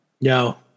No